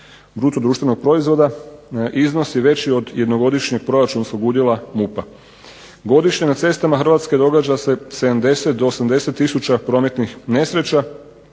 bruto društvenog proizvoda iznosi veći od jednogodišnjeg proračunsko udjela MUP-a. Godišnje na cestama Hrvatske događa se 70 do 80 tisuća prometnih nesreća.